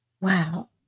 Wow